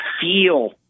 feel